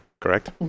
correct